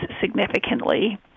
significantly